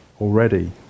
already